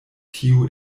tiu